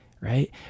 right